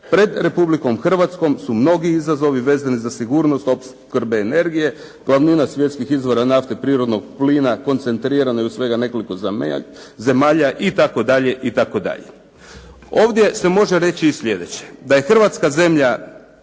Pred Republikom Hrvatskom su mnogi izazovi vezani za sigurnost opskrbe energije, glavnina svjetskih izvora nafte prirodnog plina koncentrirana je u nekoliko zemalja itd., itd. Ovdje se može reći sljedeće, da je Hrvatska zemlja